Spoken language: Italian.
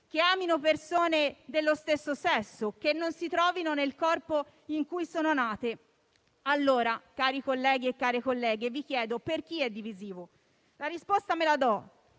che amino persone dello stesso sesso, che non si trovino nel corpo in cui sono nate. Allora, cari colleghi e care colleghe, vi chiedo: per chi è divisivo? Mi do la